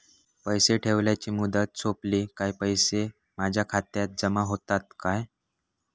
पैसे ठेवल्याची मुदत सोपली काय पैसे माझ्या खात्यात जमा होतात काय?